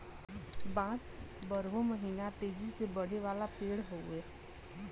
बांस बारहो महिना तेजी से बढ़े वाला पेड़ हउवे